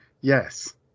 Yes